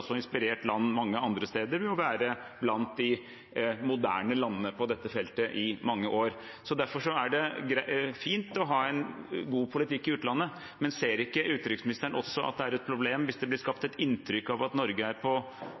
også inspirert land mange andre steder gjennom å være blant de moderne landene på dette feltet i mange år. Derfor er det fint å ha en god politikk i utlandet. Ser ikke utenriksministeren også at det er et problem hvis det blir skapt et inntrykk av at Norge er på